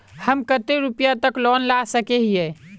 हम कते रुपया तक लोन ला सके हिये?